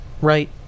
right